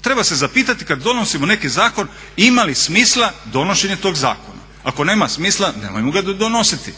Treba se zapitati kada donosimo neki zakon ima li smisla donošenje toga zakona. Ako nema smisla, nemojmo ga donositi.